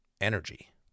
energy